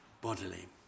bodily